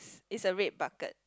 is a red bucket